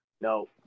No